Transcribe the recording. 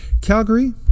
Calgary